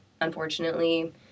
unfortunately